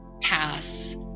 pass